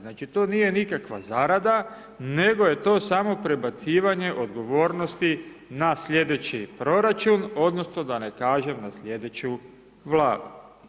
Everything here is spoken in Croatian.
Znači to nije nikakva zarada, nego je to samo prebacivanje odgovornosti na slijedeći proračun, odnosno da ne kažem na slijedeću vladu.